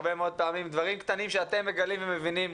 הרבה מאוד פעמים דברים קטנים שאתם מגלים ומבינים,